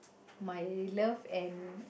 my love and